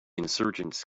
insurgents